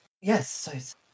Yes